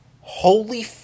holy